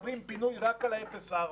פינוי רק על ה-0 4,